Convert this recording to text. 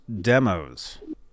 demos